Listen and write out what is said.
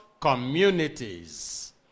communities